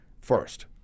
first